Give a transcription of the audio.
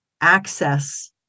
access